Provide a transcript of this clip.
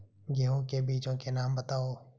गेहूँ के बीजों के नाम बताओ?